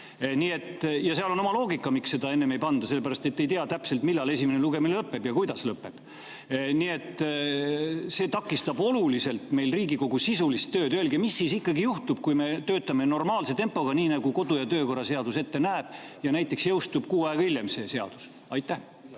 Ja seal on oma loogika, miks seda enne ei panda, sellepärast et ei tea täpselt, millal esimene lugemine lõpeb ja kuidas lõpeb. See takistab oluliselt Riigikogu sisulist tööd. Öelge, mis siis ikkagi juhtub, kui me töötame normaalse tempoga, nii nagu kodu‑ ja töökorra seadus ette näeb, ja näiteks jõustub kuu aega hiljem see seadus. Aitäh!